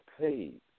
paid